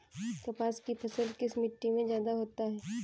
कपास की फसल किस मिट्टी में ज्यादा होता है?